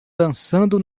dançando